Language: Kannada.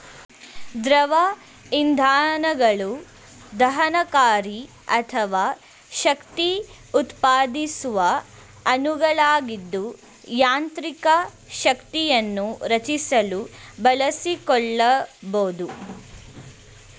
ದ್ರವ ಇಂಧನಗಳು ದಹನಕಾರಿ ಅಥವಾ ಶಕ್ತಿಉತ್ಪಾದಿಸುವ ಅಣುಗಳಾಗಿದ್ದು ಯಾಂತ್ರಿಕ ಶಕ್ತಿಯನ್ನು ರಚಿಸಲು ಬಳಸಿಕೊಳ್ಬೋದು